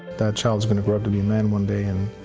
that child is going to grow up to be a man one day